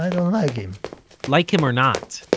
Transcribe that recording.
and like him like him or not,